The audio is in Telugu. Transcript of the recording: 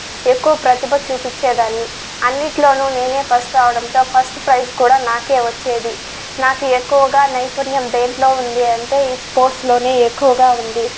ఎక్కువ ప్రతిభ చూపిచ్చేదానిని అన్నిటిల్లోనూ నేనే ఫస్ట్ రావడంతో ఫస్ట్ ప్రైజ్ కూడా నాకే వచ్చేది నాకు ఎక్కువగా నైపుణ్యం దేంట్లో ఉందంటే ఈ స్పోర్ట్స్ లోనే ఎక్కువగా ఉంది